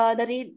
dari